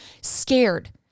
scared